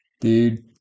Dude